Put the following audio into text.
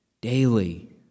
daily